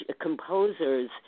composers